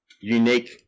unique